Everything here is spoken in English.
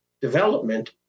development